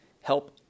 Help